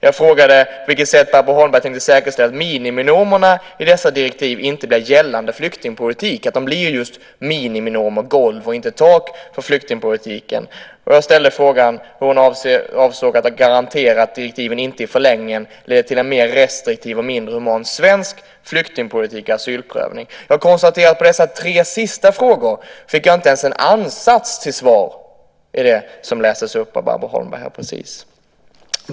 Jag frågade på vilket sätt Barbro Holmberg tänker säkerställa att miniminormerna i dessa direktiv inte blir gällande flyktingpolitik, utan att de blir just miniminormer, det vill säga golv och inte tak, för flyktingpolitiken. Jag ställde frågan hur Barbro Holmberg avser att garantera att direktiven inte i förlängningen leder till en mer restriktiv och mindre human svensk flyktingpolitik och asylprövning. Jag konstaterar att jag på de tre sista frågorna inte ens fick en ansats till svar i det som lästes upp av Barbro Holmberg.